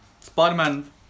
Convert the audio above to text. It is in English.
Spider-Man